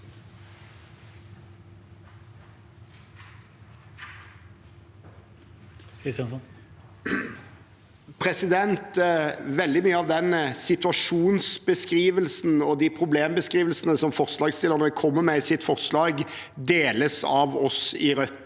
Veldig mye av den situasjonsbeskrivelsen og de problembeskrivelsene som forslagsstillerne kommer med i sitt forslag, deles av oss i Rødt.